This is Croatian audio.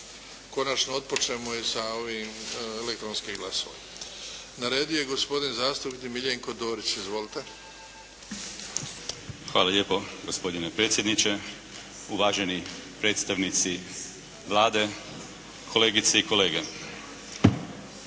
konačno otpočnemo i sa ovim elektronskim glasovanjem. Na redu je gospodin Miljenko Dorić. Izvolite. **Dorić, Miljenko (HNS)** Hvala lijepo. Gospodine predsjedniče, uvaženi predstavnici Vlade, kolegice i kolege.